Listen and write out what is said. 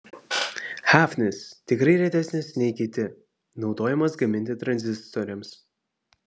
hafnis tikrai retesnis nei kiti naudojamas gaminti tranzistoriams